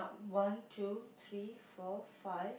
one two three four five